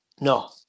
No